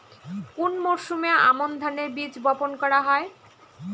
কোন মরশুমে আমন ধানের বীজ বপন করা হয়?